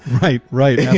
right. right. and yeah